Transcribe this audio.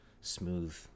smooth